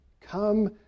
Come